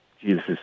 Jesus